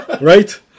right